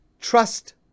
trust